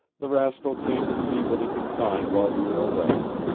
the rascal came to see what he could find while we were away.